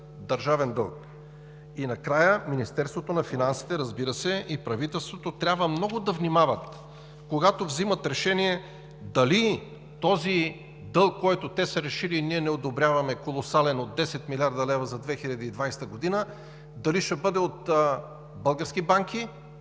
държавен дълг. И накрая, Министерството на финансите, разбира се, и правителството трябва много да внимават, когато вземат решение дали този колосален дълг, който те са решили, а ние не одобряваме, от 10 млрд. лв. за 2020 г. дали ще бъде от български банки,